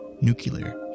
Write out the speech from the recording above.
nuclear